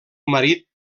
marit